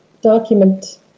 document